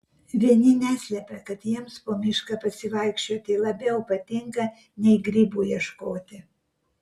vieni neslepia kad jiems po mišką pasivaikščioti labiau patinka nei grybų ieškoti